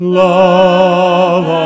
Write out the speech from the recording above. love